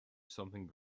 something